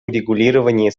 урегулировании